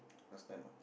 last time ah